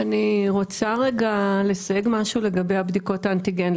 אני רוצה לסייג משהו לגבי בדיקות האנטיגן.